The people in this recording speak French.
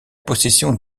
possession